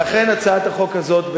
לכן הצעת החוק הזאת,